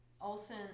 Olson